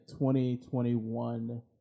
2021